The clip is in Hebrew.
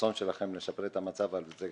לא יכול להיות שפה נאמרים דברים,